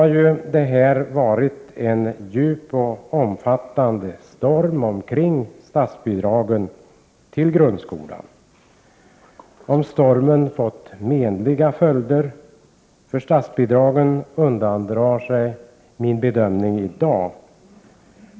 Nu har det ju varit en stark och omfattande storm omkring statsbidragen till grundskolan. Om den stormen fått menliga följder för statsbidragen undandrar sig min bedömning i dag.